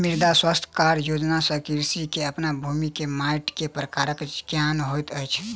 मृदा स्वास्थ्य कार्ड योजना सॅ कृषक के अपन भूमि के माइट के प्रकारक ज्ञान होइत अछि